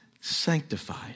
sanctified